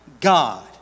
God